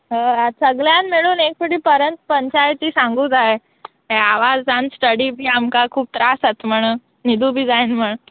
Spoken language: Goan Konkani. हय आतां सगळ्यान मेळून एक फुटी पर्यंत पंचायती सांगू जाय हे आवाजान स्टडी बी आमकां खूब त्रास जाता म्हण न्हिदू बी जायना म्हण